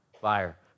Fire